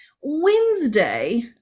Wednesday